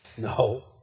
No